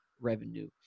revenue